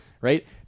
right